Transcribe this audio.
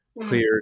Clear